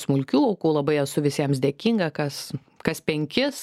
smulkių aukų labai esu visiems dėkinga kas kas penkis